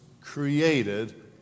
created